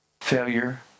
failure